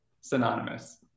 synonymous